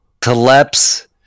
Teleps